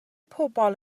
pobl